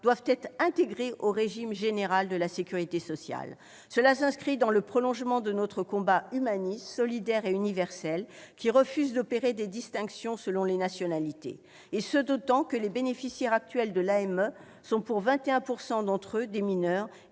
doivent être intégrées au régime général de la sécurité sociale. Cela s'inscrit dans le prolongement de notre combat humaniste, solidaire et universel, qui refuse d'opérer des distinctions selon les nationalités, d'autant que les bénéficiaires actuels de l'AME sont pour 21 % d'entre eux des mineurs,